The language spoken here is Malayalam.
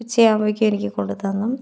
ഉച്ചയാകുമ്പോഴേക്കും എനിക്ക് കൊണ്ടു തന്നു